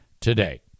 today